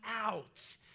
out